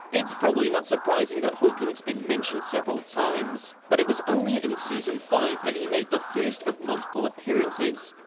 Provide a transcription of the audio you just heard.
it's probably not surprising that hawking's been mentioned several times. but it was only in season five that he made the first of multiple appearances.